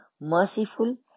merciful